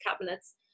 cabinets